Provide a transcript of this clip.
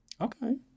Okay